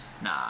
Nah